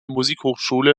musikhochschule